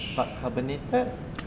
not carbonated